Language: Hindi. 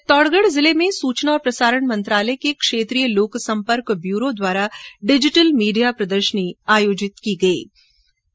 चित्तौडगढ जिले में सूचना और प्रसारण मंत्रालय के क्षेत्रीय लोक संपर्क ब्यूरो द्वारा डिजिटल मीडिया प्रदर्शनी का आयोजन किया जा रहा है